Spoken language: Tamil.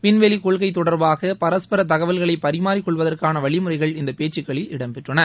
விண்வெளிக் கொள்கை தொடர்பாக பரஸ்பர தகவல்களை பரிமாறிக் கொள்வதற்கான வழிமுறைகள் இந்த பேச்சுகளில் இடம் பெற்றன